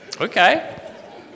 Okay